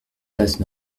place